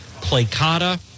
placata